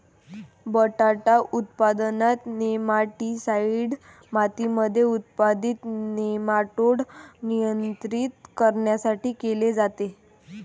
बटाटा उत्पादनात, नेमाटीसाईड मातीमध्ये उत्पादित नेमाटोड नियंत्रित करण्यासाठी केले जाते